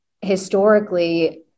historically-